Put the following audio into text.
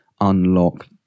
unlock